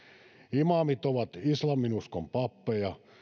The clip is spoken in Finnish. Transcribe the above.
imaamit ovat islaminuskon pappeja